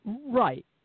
Right